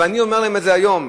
אבל אני אומר להם את זה היום: